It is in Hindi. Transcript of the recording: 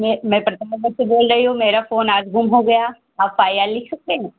यह मैटर तो से बोल रही हूँ मेरा फोन आज गुम हो गया आप फाइ आर लिख सकते हैं